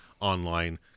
online